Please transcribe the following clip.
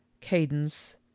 cadence